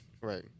Right